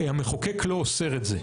המחוקק לא אוסר את זה.